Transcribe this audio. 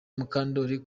mukandori